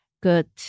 good